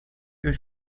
you